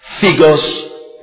figures